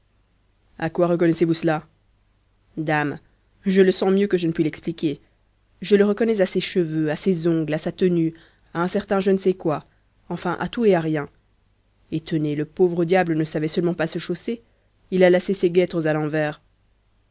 à quoi reconnaissez-vous cela dame je le sens mieux que je ne puis l'expliquer je le reconnais à ses cheveux à ses ongles à sa tenue à un certain je ne sais quoi enfin à tout et à rien et tenez le pauvre diable ne savait seulement pas se chausser il a lacé ses guêtres à l'envers